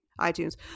itunes